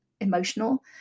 emotional